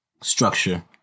structure